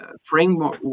framework